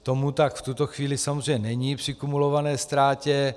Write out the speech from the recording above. Tomu tak v tuto chvíli samozřejmě není při kumulované ztrátě.